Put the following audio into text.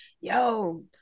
yo